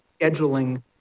scheduling